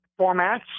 formats